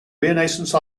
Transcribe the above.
renaissance